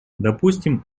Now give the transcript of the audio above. допустим